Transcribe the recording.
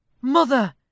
Mother